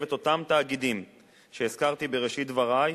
את אותם תאגידים שהזכרתי בראשית דברי,